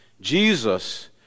Jesus